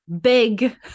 big